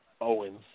Owens